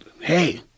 hey